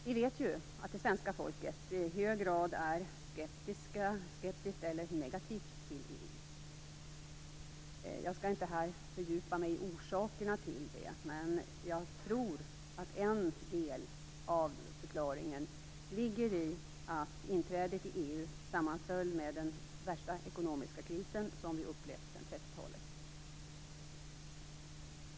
Vi vet ju att det svenska folket i hög grad är skeptiskt eller negativt till EU. Jag skall inte här fördjupa mig i orsakerna till detta, men jag tror att en del av förklaringen ligger i att inträdet i EU sammanföll med den värsta ekonomiska kris Sverige upplevt sedan 30 talet.